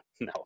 no